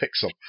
pixel